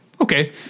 Okay